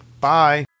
Bye